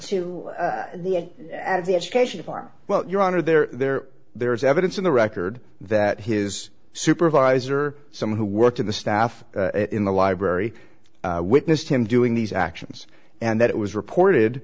of the education of our well your honor there there there is evidence in the record that his supervisor someone who worked in the staff in the library witnessed him doing these actions and that it was reported